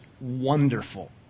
wonderful